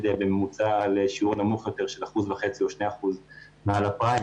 בממוצע לשיעור נמוך יותר של 1.5% או 2% מעל הפריים.